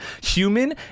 human